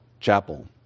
Chapel